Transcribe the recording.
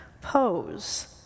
pose